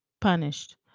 punished